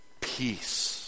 peace